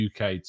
UK